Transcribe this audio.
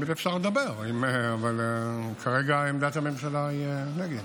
תמיד אפשר לדבר, אבל כרגע עמדת הממשלה היא נגד.